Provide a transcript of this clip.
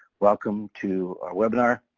welcome to our webinar.